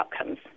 outcomes